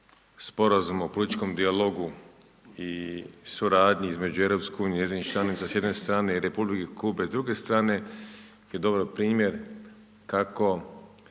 Sporazum o političkom dijalogu i suradnji između Europske unije i njezinim članica s jedne strane i Republike Kube s druge strane, je dobar primjer kako